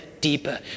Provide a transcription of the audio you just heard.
deeper